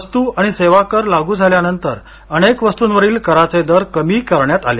वस्तू आणि सेवा कर लागू झाल्यानंतर अनेक वस्तूंवरील कराचे दर कमी करण्यात आले